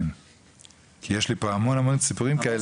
כי יש לי פה עוד המון סיפורים כאלה,